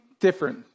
different